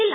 L